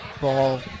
ball